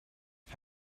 how